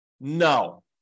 No